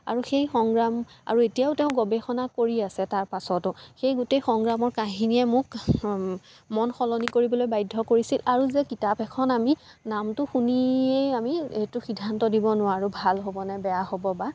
আৰু সেই সংগ্ৰাম আৰু এতিয়াও তেওঁ গৱেষণা কৰি আছে তাৰপাছতো সেই গোটেই সংগ্ৰামৰ কাহিনীয়ে মোক মন সলনি কৰিবলৈ বাধ্য় কৰিছিল আৰু যে কিতাপ এখন আমি নামটো শুনিয়েই আমি এইটো সিদ্ধান্ত দিব নোৱাৰোঁ ভাল হ'বনে বেয়া হ'ব বা